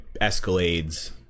escalades